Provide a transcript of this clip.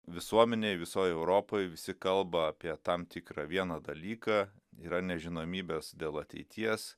visuomenėj visoj europoj visi kalba apie tam tikrą vieną dalyką yra nežinomybės dėl ateities